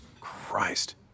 Christ